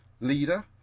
leader